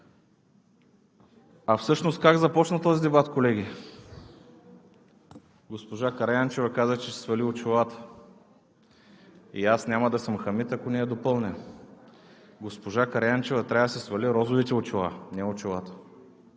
А всъщност как започна този дебат, колеги? Госпожа Караянчева каза, че ще си свали очилата и аз няма да съм Хамид, ако не я допълня. Госпожа Караянчева трябва да си свали розовите очила, не очилата,